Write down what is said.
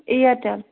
Airtel